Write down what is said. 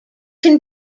can